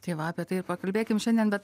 tai va apie tai ir pakalbėkim šiandien bet